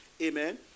Amen